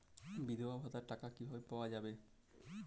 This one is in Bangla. বিধবা ভাতার টাকা কিভাবে পাওয়া যাবে?